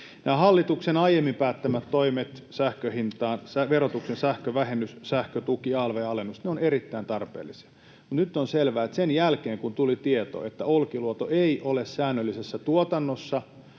hallituksen aiemmin päättämät toimet sähkön hintaan — verotuksen sähkövähennys, sähkötuki, alv-alennus — ovat erittäin tarpeellisia, mutta nyt on selvää, että sen jälkeen, kun tuli tieto, että Olkiluoto ei ole säännöllisessä tuotannossa